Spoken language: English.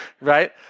right